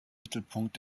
mittelpunkt